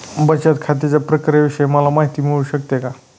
बचत खात्याच्या प्रक्रियेविषयी मला माहिती मिळू शकते का?